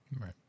Right